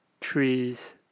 trees